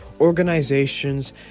organizations